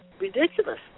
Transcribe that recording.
ridiculous